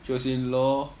she was in law